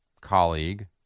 colleague